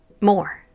more